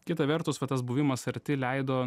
kita vertus va tas buvimas arti leido